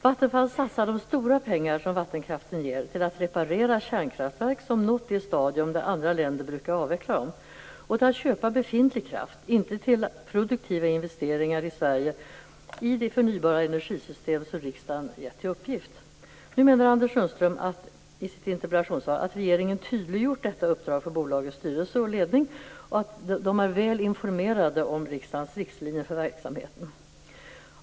Vattenfall satsar de stora pengar som vattenkraften ger på att reparera kärnkraftverk som nått det stadium då andra länder brukar avveckla dem och på att köpa befintlig kraft, inte på produktiva investeringar i Sverige i det förnybara energisystem som riksdagen gett i uppgift. Nu menar Anders Sundström i sitt interpellationssvar att regeringen tydliggjort detta uppdrag för bolagets styrelse och ledning och att de är väl informerade om riksdagens riktlinjer för verksamheten.